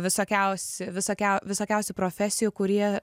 visokiausi visokia visokiausių profesijų kurie